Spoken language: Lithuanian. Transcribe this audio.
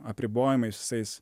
apribojimais visais